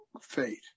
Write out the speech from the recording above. faith